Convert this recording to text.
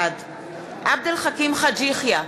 בעד עבד אל חכים חאג' יחיא,